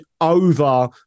over